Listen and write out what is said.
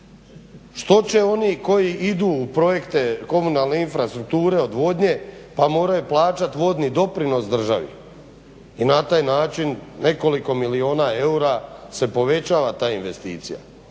Što će oni koji idu u projekte komunalne infrastrukture odvodnje pa moraju plaćati vodni doprinos državi i na taj način nekoliko milijuna eura se povećava ta investicija?